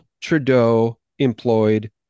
Trudeau-employed